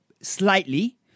slightly